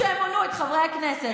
הם מודים שהם הונו את חברי הכנסת.